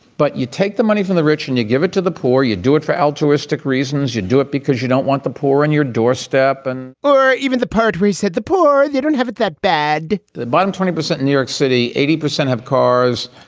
but you take the money from the rich and you give it to the poor you do it for altruistic reasons you do it because you don't want the poor on and your doorstep and or even the part where he said the poor, they don't have it that bad the bottom twenty percent, new york city, eighty percent have cars,